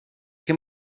che